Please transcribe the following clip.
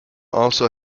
also